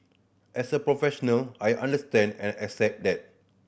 as a professional I understand and accept that